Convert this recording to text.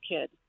kid